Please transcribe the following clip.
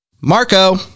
Marco